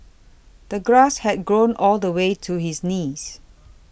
the grass had grown all the way to his knees